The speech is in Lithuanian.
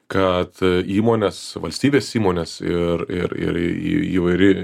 kad įmonės valstybės įmonės ir ir ir įvairi